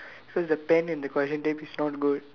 so it's the pen and the correction tape is not good